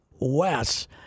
Wes